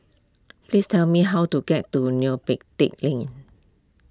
please tell me how to get to Neo Pee Teck Lane